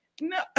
No